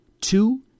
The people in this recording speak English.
two